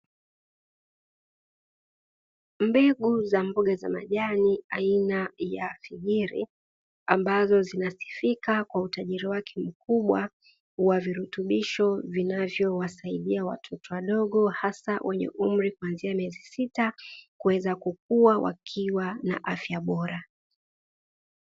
Mbegu za mboga za majani za aina ya figiri ambazo zinasifika kwa utajiri wake mkubwa wa virutubisho vinavyowasaidia watoto wadogo hasa wenye umri kuanzia miezi sita kuweza kukua wakiwa na afya bora.